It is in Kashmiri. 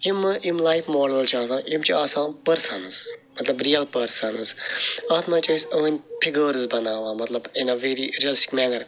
یِم یِم لایف ماڈَلٕز چھِ آسان یِم چھِ آسان پٔرسَنٕز مطلب رِیَل پٔرسَنٕز اَتھ مَنٛز چھِ أسۍ إہنٛدۍ فِگٲرٕس بَناوان مطلب in a very realistic minor